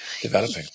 developing